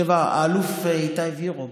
האלוף איתי וירוב